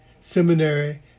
seminary